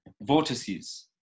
vortices